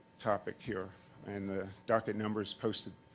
topic here and the docket number is posted,